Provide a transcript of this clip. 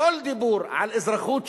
כל דיבור על אזרחות שווה,